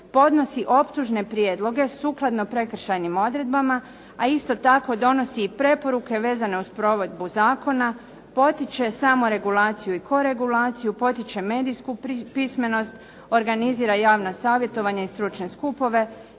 podnosi optužne prijedloge sukladno prekršajnim odredbama, a isto tako donosi i preporuke vezane uz provedbu zakona, potiče samoregulaciju i koregulaciju, potiče medijsku pismenost, organizira javna savjetovanja i stručne skupove,